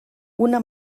una